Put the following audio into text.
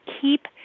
keep